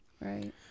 Right